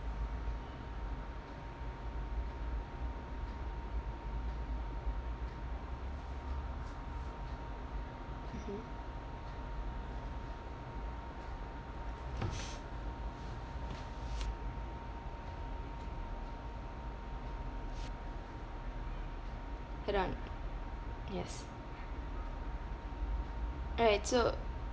mmhmm yes right so